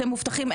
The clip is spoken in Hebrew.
אתם מובטחים,